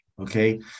Okay